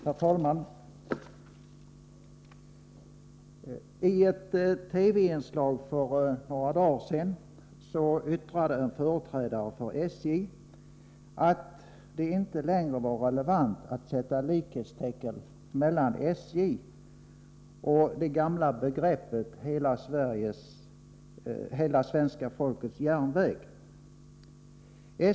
Herr talman! I ett TV-inslag för några dagar sedan yttrade en företrädare för SJ att det inte längre var relevant att sätta likhetstecken mellan SJ och det gamla begreppet ”hela svenska folkets järnväg”.